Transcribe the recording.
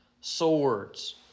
swords